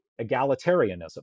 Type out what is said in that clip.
egalitarianism